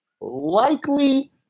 Likely